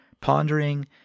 pondering